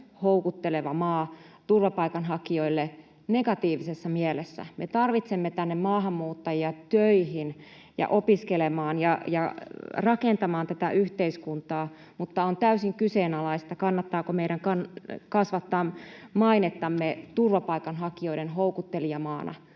houkutteleva maa turvapaikanhakijoille — negatiivisessa mielessä. Me tarvitsemme tänne maahanmuuttajia töihin ja opiskelemaan ja rakentamaan tätä yhteiskuntaa, mutta on täysin kyseenalaista, kannattaako meidän kasvattaa mainettamme turvapaikanhakijoiden houkuttelijamaana.